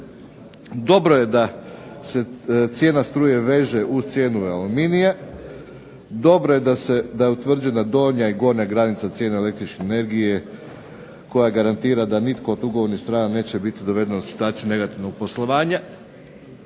Dobro je da se cijena struje veže uz cijenu aluminija, dobro je da je utvrđena donja i gornja granica cijena električne energije koja garantira da nitko od ugovornih strana neće biti dovedena u situaciju negativnog poslovanja